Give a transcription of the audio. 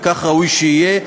וכך ראוי שיהיה,